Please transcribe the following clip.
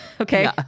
Okay